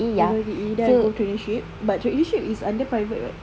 I go I_T_E then I go to but is under private [what]